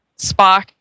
Spock